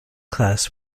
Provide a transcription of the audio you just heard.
class